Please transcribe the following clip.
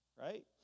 right